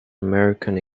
american